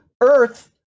earth